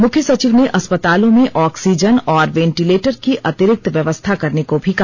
मुख्य सचिव ने अस्पतालों में ऑक्सीजन और वेंटीलेटर की अतिरिक्त व्यवस्था करने को भी कहा